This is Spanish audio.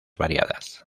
variadas